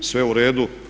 Sve u redu.